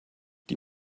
die